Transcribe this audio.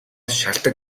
шалтаг